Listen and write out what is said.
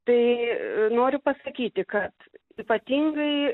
tai noriu pasakyti kad ypatingai